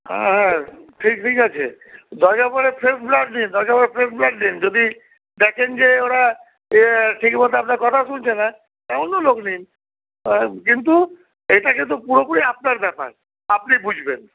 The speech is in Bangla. হ্যাঁ হ্যাঁ ঠিক ঠিক আছে দরকার পড়লে দিন দরকার পড়লে দিন যদি দেখেন যে ওরা ঠিক মতো আপনার কথা শুনছে না অন্য লোক নিন কিন্তু এইটা কিন্তু পুরোপুরি আপনার ব্যাপার আপনি বুঝবেন